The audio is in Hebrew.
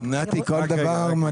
כל דבר מתחיל